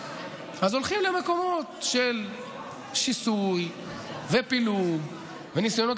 הולכים למקומות של שיסוי ופילוג וניסיונות